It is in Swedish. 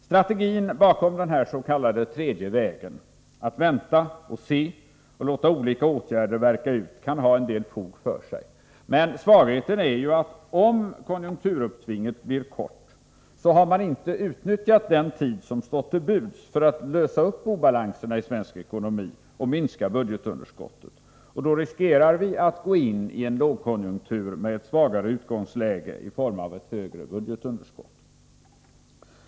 Strategin bakom den s.k. tredje vägen — att vänta och se och låta olika åtgärder verka — kan till viss del ha fog för sig. Svagheten är att om konjunkturuppsvinget blir kort, har man inte utnyttjat den tid som stått till buds för att åtgärda obalanserna i svensk ekonomi och minska budgetunderskottet. Då riskerar vi att gå in i en lågkonjunktur med ett sämre utgångsläge i form av ett högre budgetunderskott.